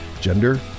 gender